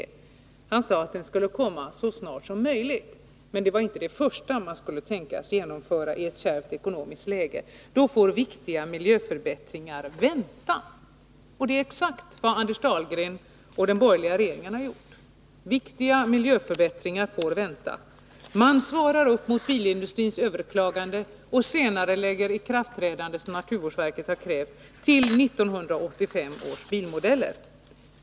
Han svarade att den blyfria bensinen skulle komma så snart som möjligt. Men det var inte det första man skulle tänka sig att genomföra i ett kärvt ekonomiskt läge. Då får viktiga miljöförbättringar vänta. Det är exakt vad Anders Dahlgren och den borgerliga regeringen har gjort. Viktiga miljöförbättringar får vänta. Man svarar upp mot bilindustrins överklaganden och senarelägger till 1985 års bilmodeller det ikraftträdande som naturvårdsverket har krävt.